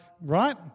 right